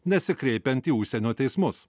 nesikreipiant į užsienio teismus